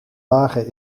wagen